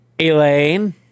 Elaine